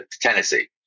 Tennessee